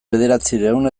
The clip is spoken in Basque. bederatziehun